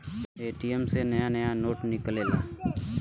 ATM से नया नया नोट निकलेला